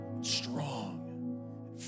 strong